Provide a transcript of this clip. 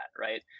right